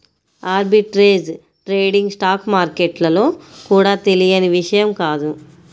arbitrage trading stock మార్కెట్లలో కూడా తెలియని విషయం కాదు